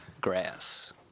Grass